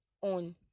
on